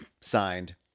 Signed